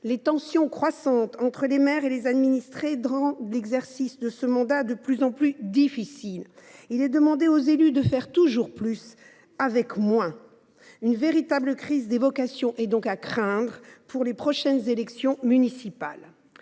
Les tensions croissantes entre les maires et les administrés rendent l’exercice de ce mandat de plus en plus difficile. Il est demandé aux élus de faire toujours plus avec moins. Une véritable crise des vocations est donc à craindre pour les prochaines élections municipales.